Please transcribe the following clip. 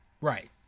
Right